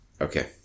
Okay